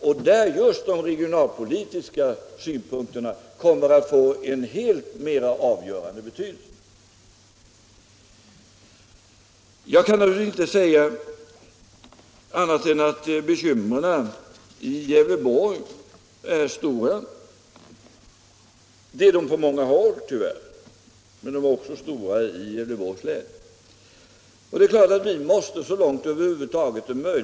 Där kommer just de regionalpolitiska synpunkterna att få en mera avgörande betydelse. Bekymren är tyvärr stora på många håll, och jag kan inte säga annat än att de naturligtvis är stora också i Gävleborgs län.